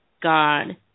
God